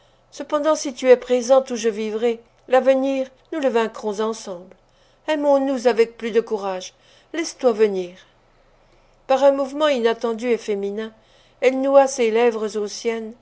cependant si tu es présente où je vivrai l'avenir nous le vaincrons ensemble aimons-nous avec plus de courage laisse-toi venir par un mouvement inattendu et féminin elle noua ses lèvres